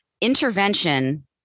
Intervention